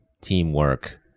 teamwork